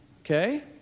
okay